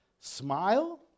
Smile